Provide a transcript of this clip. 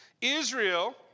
Israel